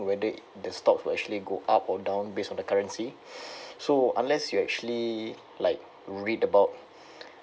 whether the stocks will actually go up or down based on the currency so unless you actually like read about